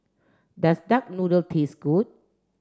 does duck noodle taste good